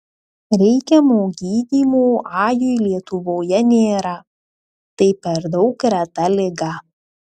reikiamo gydymo ajui lietuvoje nėra tai per daug reta liga